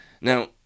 Now